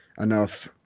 enough